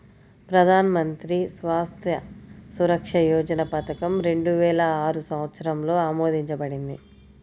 ప్రధాన్ మంత్రి స్వాస్థ్య సురక్ష యోజన పథకం రెండు వేల ఆరు సంవత్సరంలో ఆమోదించబడింది